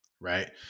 right